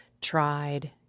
tried